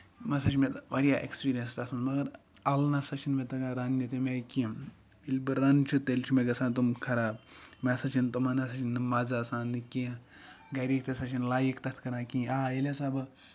مےٚ ہسا چھ تَتھ واریاہ اٮ۪کٔسپرینس تَتھ منٛز مَگر اَلہ نسا چھےٚ نہٕ مےٚ تَگان رَنٕنہِ تمہِ آیہِ کیٚنٛہہ ییٚلہِ بہٕ رَنہٕ چھُ تیٚلہِ چھِ مےٚ گژھان تِم خراب مےٚ ہسا چھُنہٕ تٕمَن ہسا چھُنہٕ مَزٕ آسانٕے نہٕ کیٚنہہ گرِکۍ تہِ ہسا چھِنہٕ لایک تَتھ کران کیٚنہہ آ ییٚلہِ ہسا بہٕ